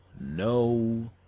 no